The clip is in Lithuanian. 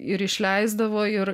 ir išleisdavo ir